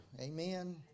Amen